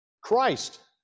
Christ